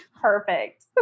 perfect